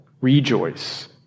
rejoice